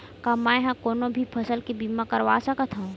का मै ह कोनो भी फसल के बीमा करवा सकत हव?